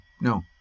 no